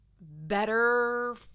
better